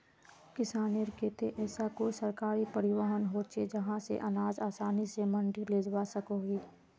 किसानेर केते ऐसा कोई सरकारी परिवहन होचे जहा से अनाज आसानी से मंडी लेजवा सकोहो ही?